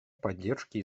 поддержки